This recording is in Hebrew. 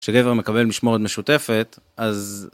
כשגבר מקבל משמורת משותפת, אז...